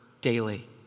daily